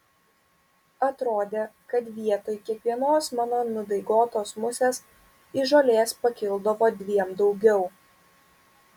atrodė kad vietoj kiekvienos mano nudaigotos musės iš žolės pakildavo dviem daugiau